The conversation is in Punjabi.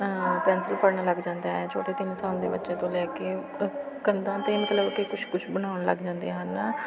ਪੈਨਸਿਲ ਫੜਨ ਲੱਗ ਜਾਂਦਾ ਛੋਟੇ ਤਿੰਨ ਸਾਲ ਦੇ ਬੱਚੇ ਤੋਂ ਲੈ ਕੇ ਕੰਧਾਂ 'ਤੇ ਮਤਲਬ ਕਿ ਕੁਛ ਕੁਛ ਬਣਾਉਣ ਲੱਗ ਜਾਂਦੇ ਹਨ